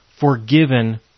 forgiven